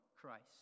Christ